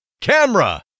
Camera